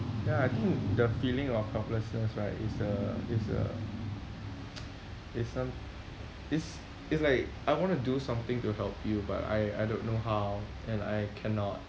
ya I think the feeling of helplessness right is a is a is some is it's like I want to do something to help you but I I don't know how and I cannot